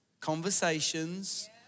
conversations